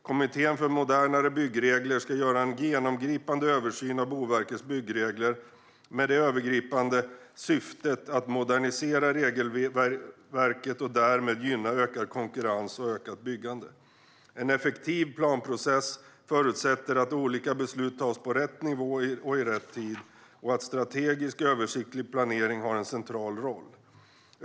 Kommittén för modernare byggregler ska göra en genomgripande översyn av Boverkets byggregler med det övergripande syftet att modernisera regelverket och därmed gynna ökad konkurrens och ökat byggande. En effektiv planprocess förutsätter att olika beslut fattas på rätt nivå och i rätt tid och att strategisk, översiktlig planering har en central roll.